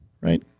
Right